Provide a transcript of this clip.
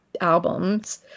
albums